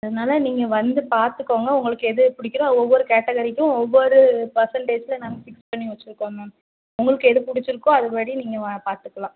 அதனால் நீங்கள் வந்து பாத்துக்கங்க உங்களுக்கு எது பிடிக்குதோ ஒவ்வொரு கேட்டகரிக்கும் ஒவ்வொரு பர்செண்டேஜில் நாங்கள் ஃபிக்ஸ் பண்ணி வச்சுருக்கோம் மேம் உங்களுக்கு எது பிடிச்சிருக்கோ அதுபடி நீங்கள் பார்த்துக்கலாம்